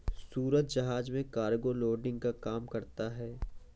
सूरज जहाज में cargo loading का काम करता है